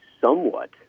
somewhat